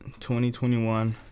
2021